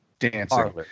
Dancing